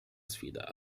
sfida